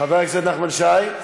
חבר הכנסת נחמן שי,